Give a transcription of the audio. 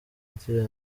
agira